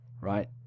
Right